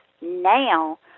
now